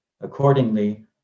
Accordingly